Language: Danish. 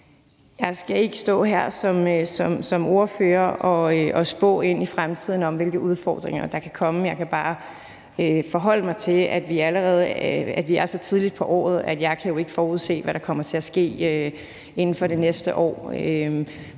Jeg skal ikke stå her som ordfører og spå om fremtiden og om, hvilke udfordringer der kan komme. Jeg kan bare forholde mig til, at vi er meget tidligt på året, og jeg kan jo ikke forudse, hvad der kommer til at ske inden for det næste år.